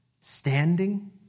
standing